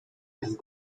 jest